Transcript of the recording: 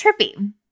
trippy